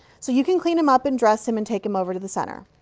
so you can clean him up and dress him and take him over to the center.